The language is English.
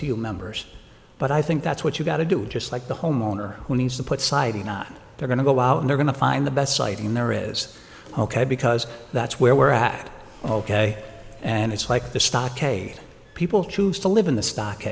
to you members but i think that's what you got to do just like the homeowner who needs to put siding not they're going to go out and they're going to find the best site in there is ok because that's where we're at ok and it's like the stockade people choose to live in the stock